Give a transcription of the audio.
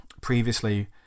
Previously